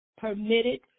permitted